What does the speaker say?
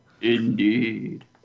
Indeed